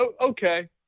okay